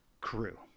crew